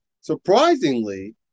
surprisingly